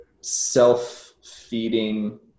self-feeding